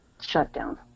shutdown